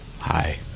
Hi